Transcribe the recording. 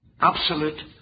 Absolute